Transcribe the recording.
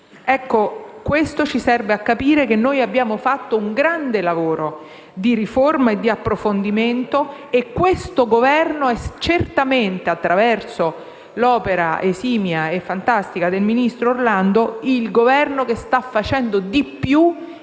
considerazione serve a capire che abbiamo fatto un grande lavoro di riforma e di approfondimento e questo Governo certamente, attraverso l'opera esimia e fantastica del ministro Orlando, è l'Esecutivo che sta facendo di più in